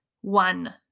one